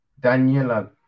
Daniela